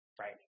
Right